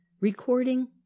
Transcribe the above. recording